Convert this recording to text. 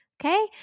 Okay